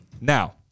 Now